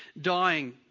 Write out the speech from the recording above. dying